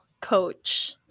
coach